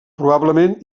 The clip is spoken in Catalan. probablement